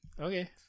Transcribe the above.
Okay